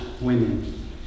women